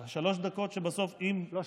על השלוש דקות שבסוף, לא.